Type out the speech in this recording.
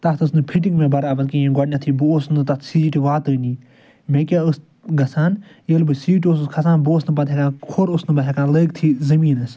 تَتھ ٲسۍ نہٕ فِٹنٛگ مےٚ برابر کِہیٖنۍ گۄڈٕنیٚتھٕے بہٕ اوسُس نہٕ تَتھ سیٖٹہِ واتٲنی مےٚ کیاہ اوس گژھان ییٚلہِ بہٕ سیٖٹہِ اوسُس کھسان بہٕ اوسُس نہٕ پَتہٕ ہیٚکان کھوٚر اوٚسُس نہٕ بہٕ ہیٚکان لٲگتھٕے زٔمیٖنَس